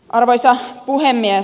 arvoisa puhemies